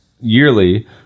yearly